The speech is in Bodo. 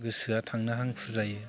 गोसोआव थांनो हांखुर जायो